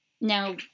now